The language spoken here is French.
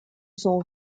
son